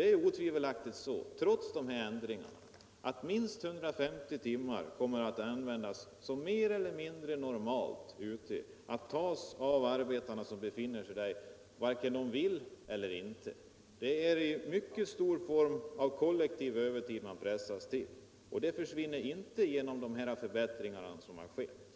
Det är otvivelaktigt så, trots dessa förbättringar, att det kommer att vara mer eller mindre normalt att minst 150 timmar tas ut av arbetarna som befinner sig på arbetsplatsen, vare sig de vill eller inte. Det är ett mycket stort mått av kollektiv övertid som man pressas till. Och detta försvinner inte genom de förbättringar som har skett.